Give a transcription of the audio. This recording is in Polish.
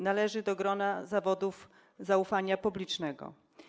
Należy do grona zawodów zaufania publicznego.